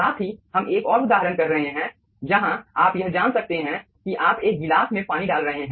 साथ ही हम एक और उदाहरण कर रहे हैं जहां आप यह जान सकते हैं कि आप एक गिलास में पानी डाल रहे हैं